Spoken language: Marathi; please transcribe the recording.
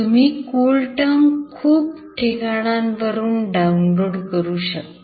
तुम्ही CoolTerm खूप ठिकाणांवरून डाऊनलोड करू शकता